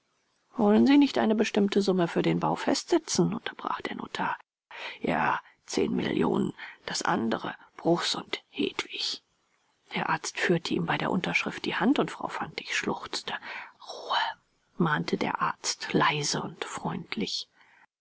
wollen sie nicht eine bestimmte summe für den bau festsetzen unterbrach der notar ja zehn millionen das andere bruchs und hedwig der arzt führte ihm bei der unterschrift die hand und frau fantig schluchzte ruhe mahnte der arzt leise und freundlich